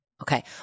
Okay